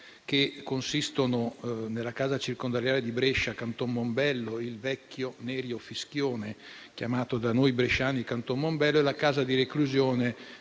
che consistono nella casa circondariale Canton Mombello (il vecchio Nerio Fischione, chiamato da noi bresciani Canton Mombello) e la casa di reclusione